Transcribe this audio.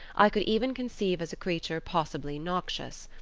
i could even conceive as a creature possibly noxious.